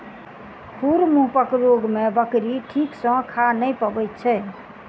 खुर मुँहपक रोग मे बकरी ठीक सॅ खा नै पबैत छै